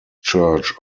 church